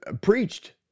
preached